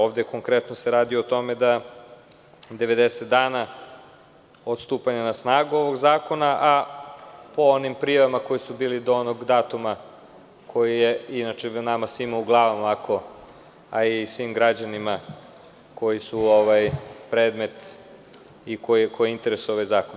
Ovde se konkretno radi o tome da 90 dana od stupanje na snagu ovog zakona, a po onim prijavama koje su bile do onog datuma koji inače svima nama u glavama, a i svim građanima koji su predmet i koje interesuje ovaj zakon.